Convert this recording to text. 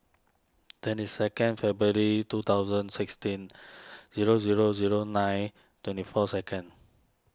twenty second February two thousand sixteen zero zero zero nine twenty four second